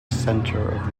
centre